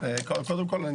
קודם כל,